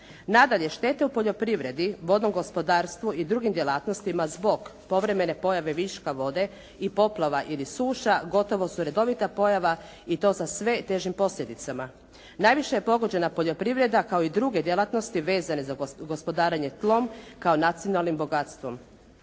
Nadalje, štete u poljoprivredi, vodnom gospodarstvu i drugim djelatnostima zbog povremene pojave viška vode i poplava ili suša gotovo su redovita pojava i to sa sve težim posljedicama. Najviše je pogođena poljoprivreda kao i druge djelatnosti vezane za gospodarenje tlom kao nacionalnim bogatstvom.